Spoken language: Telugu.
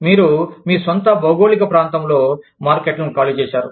మీరు మీ స్వంత భౌగోళిక ప్రాంతంలో మార్కెట్లను ఖాళీ చేశారు